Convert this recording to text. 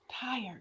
tired